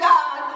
God